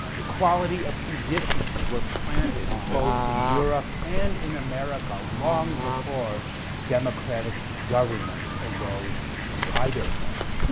equality of conditions were planted both in europe and in america long before democratic governments arose in either place.